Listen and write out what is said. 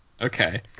Okay